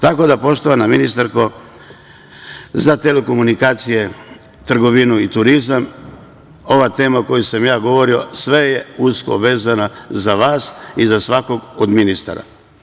Tako da, poštovana ministarko za telekomunikacije, trgovinu i turizam, ova tema o kojoj sam ja govorio je usko vezana za vas i za svakog od ministara.